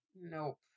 Nope